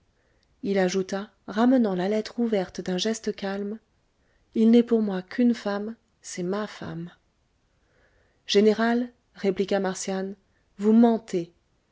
il ajouta ramenant la lettre ouverte d'un geste calme il n'est pour moi qu'une femme c'est ma femme général répliqua marcian vous mentez